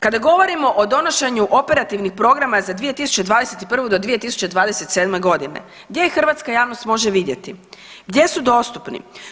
Kada govorimo o donošenju operativnih programa za 2021.-2027.g. gdje ih hrvatska javnost može vidjeti, gdje su dostupni?